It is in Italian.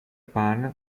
pan